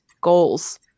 goals